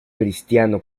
cristiano